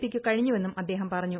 പിക്ക് കഴിഞ്ഞു വെന്നും അദ്ദേഹം പറഞ്ഞു